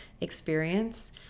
experience